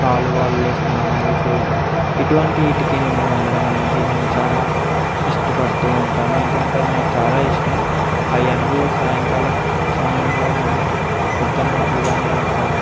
కాలువళ్ళో స్నానాలు చేయడం ఇటువంటి వీటికి నేను వెళ్లడం అనేది నేను చాలా ఇష్టపడుతూ ఉంటాను ఎందుకంటే అది నాకు చాలా ఇష్టం ఆ ఎండల్లో సాయంకాల సమయంలో కానీ పొద్దున మాట్లు కాని ఆ యొక్క